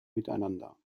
miteinander